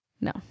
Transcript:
No